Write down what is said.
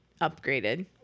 upgraded